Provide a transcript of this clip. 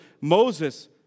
Moses